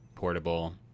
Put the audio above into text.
portable